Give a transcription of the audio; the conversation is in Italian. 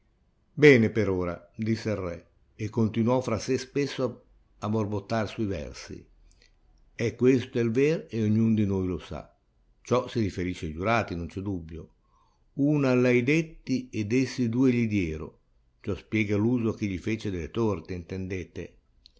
bene per ora disse il re e continuò fra sè stesso a borbottare su versi e questo è il vero e ognun di noi lo sa ciò si riferisce a giurati non c'è dubbio una a lei dètti ed essi due gli diro ciò spiega l'uso ch'egli fece delle torte intendete ma